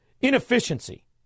inefficiency